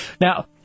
Now